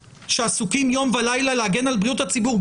שעסוקים יום ולילה להגן על בריאות הציבור,